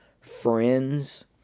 friends